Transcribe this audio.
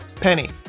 Penny